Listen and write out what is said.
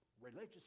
religious